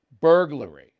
burglary